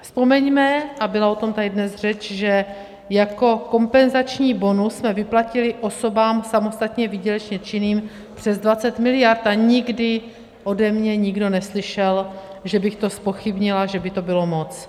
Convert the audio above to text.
Vzpomeňme, a byla o tom tady dnes řeč, že jako kompenzační bonus jsme vyplatili osobám samostatně výdělečně činným přes 20 miliard, a nikdy ode mě nikdo neslyšel, že bych to zpochybnila, že by to bylo moc.